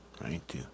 right